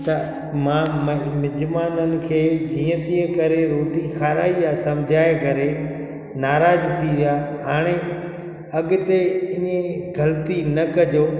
त मां मिजमाननि खे जीअं तीअं करे रोटी खाराई आहे सम्झाये करे नाराज़ थी विया हाणे अॻिते हिन य ई ग़लति न कजो